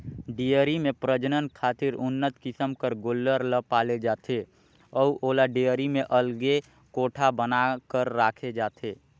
dairy में प्रजनन खातिर उन्नत किसम कर गोल्लर ल पाले जाथे अउ ओला डेयरी में अलगे कोठा बना कर राखे जाथे